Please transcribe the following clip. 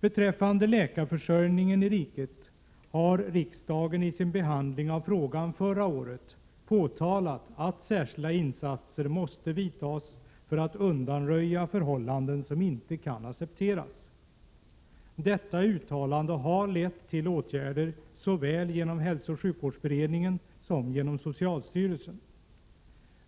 Beträffande läkarförsörjningen i riket har riksdagen vid sin behandling av frågan förra året påpekat att särskilda insatser måste vidtas för att undanröja förhållanden som inte kan accepteras. Detta uttalande har lett till åtgärder såväl inom hälsooch sjukvårdsberedningen som genom socialstyrelsen.